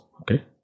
okay